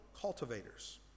cultivators